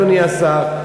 אדוני השר,